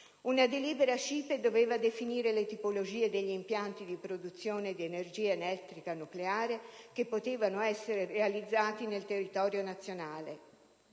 Una delibera CIPE doveva definire le tipologie degli impianti di produzione di energia elettrica nucleare che potevano essere realizzati nel territorio nazionale